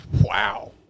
Wow